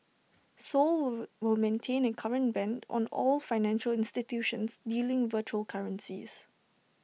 Seoul will maintain A current ban on all financial institutions dealing virtual currencies